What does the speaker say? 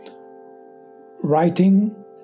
writing